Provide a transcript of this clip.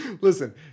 Listen